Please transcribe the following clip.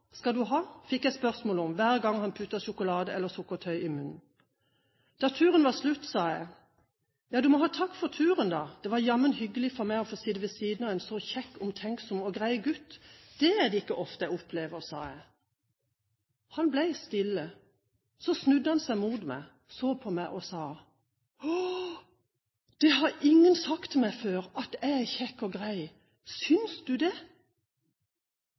Skal du ha? Jeg fikk spørsmålet hver gang han puttet sjokolade eller sukkertøy i munnen. Da turen var slutt, sa jeg: Du må ha takk for turen, da, det var jammen hyggelig for meg å få sitte ved siden av en så kjekk, omtenksom og grei gutt! Det er det ikke ofte jeg opplever, sa jeg. Han ble stille. Så snudde han seg mot meg, så på meg og sa: Å, det har ingen sagt til meg før, at jeg er kjekk og grei, synes du det?